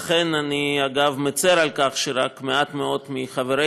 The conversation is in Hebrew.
לכן אני, אגב, מצר על כך שרק מעט מאוד מחברינו,